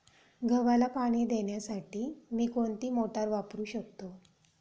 गव्हाला पाणी देण्यासाठी मी कोणती मोटार वापरू शकतो?